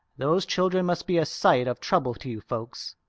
those children must be a sight of trouble to you folks.